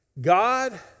God